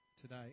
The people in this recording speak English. today